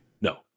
no